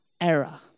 error